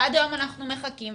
ועד היום אנחנו מחכים.